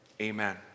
Amen